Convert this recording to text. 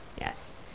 yes